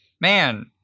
man